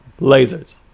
Lasers